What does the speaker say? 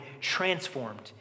transformed